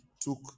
took